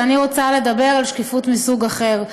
ואני רוצה לדבר על שקיפות מסוג אחר.